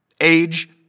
age